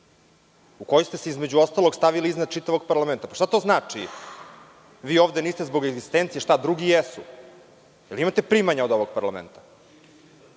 u kojoj ste se, između ostalog, stavili iznad čitavog parlamenta. Šta to znači? Vi ovde niste zbog egzistencije, a drugi jesu? Jel imate primanja od ovog parlamenta?